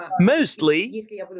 mostly